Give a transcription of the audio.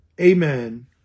amen